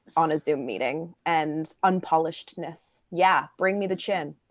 on a zoom meeting and unpolishedness. yeah, bring me the chin.